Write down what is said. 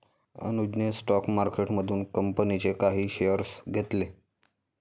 अनुजने स्टॉक मार्केटमधून कंपनीचे काही शेअर्स घेतले